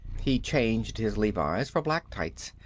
he'd changed his levis for black tights,